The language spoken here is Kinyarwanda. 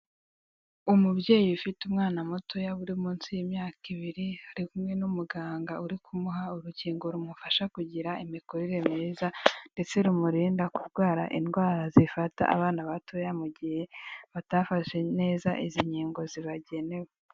Umubyeyi ufite umwana mutoya uri munsi y'imyaka ibiri, ari kumwe n'umuganga uri kumuha urukingo rumufasha kugira imikurire myiza ndetse rumurinda kurwara indwara zifata abana batoya mu gihe batafashe neza izi nkingo zibagenewe.